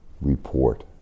report